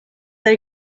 they